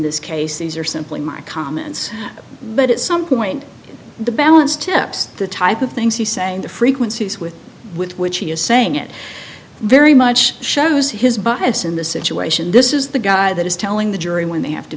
this case these are simply my comments but at some point the balance tips the type of things he's saying the frequencies with with which he is saying it very much shows his bias in the situation this is the guy that is telling the jury when they have to